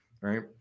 right